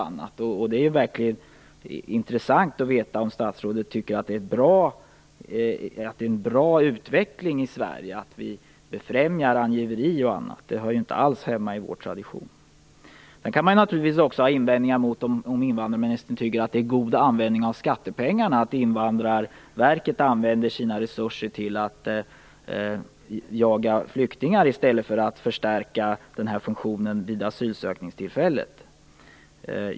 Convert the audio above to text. Det vore verkligen intressant att veta om invandrarministern anser att befrämjande av angiveri är en bra utveckling i Sverige. Det hör ju inte alls hemma i vår tradition. Man undrar naturligtvis också om invandrarministern tycker att det är god användning av skattepengar att Invandrarverket använder sina resurser till att jaga flyktingar i stället för att förstärka sin funktion vid asylsökningstillfället.